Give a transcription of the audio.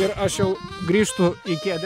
ir aš jau grįžtu į kėdę